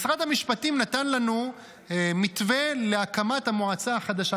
משרד המשפטים נתן לנו מתווה להקמת המועצה החדשה.